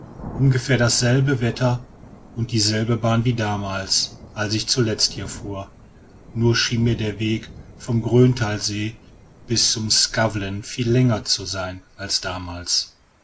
ungefähr dasselbe wetter und dieselbe bahn wie damals als ich zuletzt hier fuhr nur schien mir der weg vom gröntalsee bis zum skavlen viel länger zu sein als damals